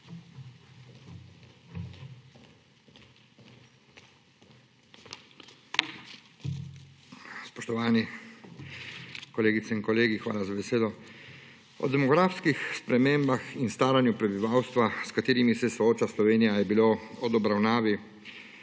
Spoštovani kolegice in kolegi! Hvala za besedo. O demografskih spremembah in staranju prebivalstva, s katerimi se sooča Slovenija, je bilo ob obravnavi